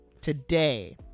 today